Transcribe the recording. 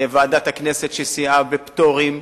ועדת הכנסת שסייעה בפטורים,